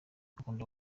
bakunda